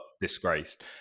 disgraced